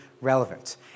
relevant